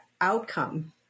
outcome